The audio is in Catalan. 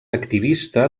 activista